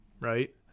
right